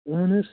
اَہَن حظ